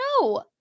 no